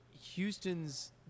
Houston's